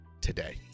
today